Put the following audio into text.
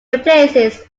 replaces